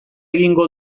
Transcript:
egingo